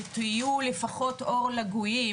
שתהיו לפחות אור לגויים